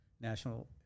National